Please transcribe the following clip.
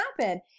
happen